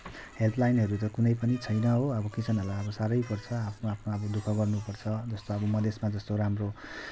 हेल्पलाइनहरू त कुनै पनि छैन हो अब किसानहरूलाई अब साह्रै पर्छ आफ्नो आफ्नो अब दुःख गर्नु पर्छ जस्तो अब मधेसमा जस्तो राम्रो